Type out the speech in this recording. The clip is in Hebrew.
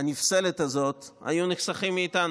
הנפסלת הזאת שראינו היו נחסכות מאיתנו.